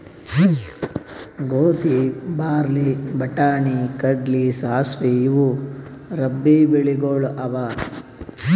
ಗೋಧಿ, ಬಾರ್ಲಿ, ಬಟಾಣಿ, ಕಡ್ಲಿ, ಸಾಸ್ವಿ ಇವು ರಬ್ಬೀ ಬೆಳಿಗೊಳ್ ಅವಾ